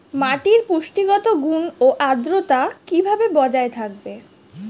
মাটির পুষ্টিগত গুণ ও আদ্রতা কিভাবে বজায় থাকবে?